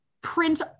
print